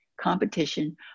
competition